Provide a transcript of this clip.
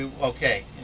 Okay